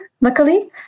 luckily